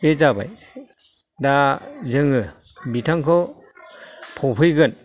बे जाबाय दा जोङो बिथांखौ फबहैगोन